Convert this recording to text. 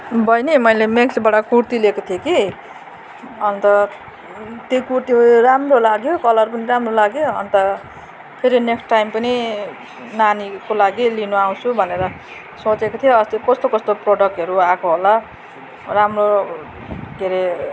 बहिनी मैले म्याक्सबाट कुर्ती लिएको थिएँ कि अन्त त्यो कुर्ती उयो राम्रो लाग्यो कलर पनि राम्रो लाग्यो अन्त फेरि नेक्स्ट टाइम पनि नानीको लागि लिनु आउँछु भनेर सोचेको थिएँ अस्ति कस्तो कस्तो प्रडक्टहरू आएको होला राम्रो के अरे